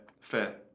fair